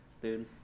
Dude